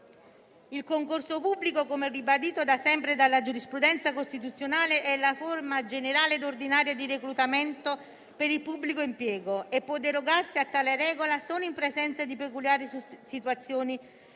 Il concorso pubblico, come ribadito da sempre dalla giurisprudenza costituzionale, è la forma generale e ordinaria di reclutamento per il pubblico impiego e può derogarsi a tale regola solo in presenza di peculiari situazioni